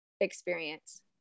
experience